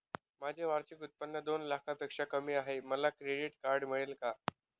माझे वार्षिक उत्त्पन्न दोन लाखांपेक्षा कमी आहे, मला क्रेडिट कार्ड मिळेल का?